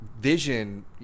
vision